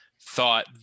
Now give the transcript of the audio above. thought